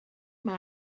mae